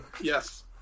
Yes